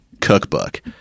Cookbook